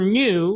new